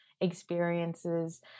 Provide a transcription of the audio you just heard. experiences